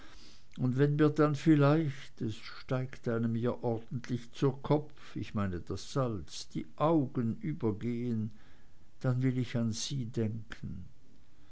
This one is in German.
und wenn mir dann vielleicht denn es steigt einem ja ordentlich zu kopf ich meine das salz die augen übergehen dann will ich an sie denken